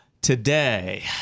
Today